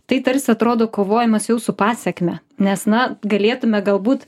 tai tarsi atrodo kovojimas jau su pasekme nes na galėtume galbūt